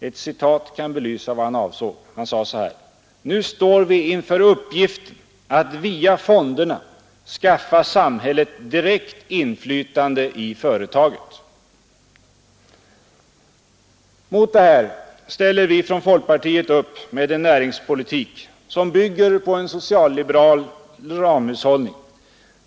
Ett citat kan belysa vad han avsåg: ”Nu står vi inför uppgiften att via fonderna skaffa samhället direkt inflytande i företaget.” Mot detta ställer vi från folkpartiet upp med en näringspolitik som bygger på en socialliberal ramhushållning.